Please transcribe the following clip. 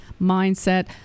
mindset